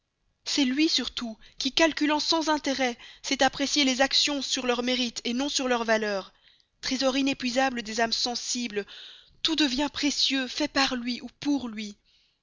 c'est lui surtout qui calculant sans intérêt sait apprécier les actions sur leur mérite non sur leur valeur trésor inépuisable des âmes sensibles tout devient précieux fait par lui ou pour lui